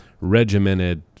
regimented